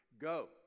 go